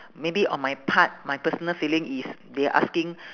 maybe on my part my personal feeling is they asking